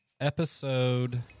episode